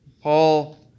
Paul